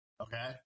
Okay